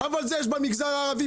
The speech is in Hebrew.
אבל את זה יש במגזר הערבי,